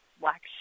black